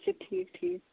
اَچھا ٹھیٖک ٹھیٖک